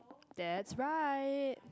that's right